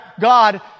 God